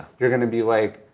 you're gonna be like,